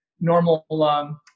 normal